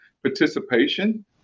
participation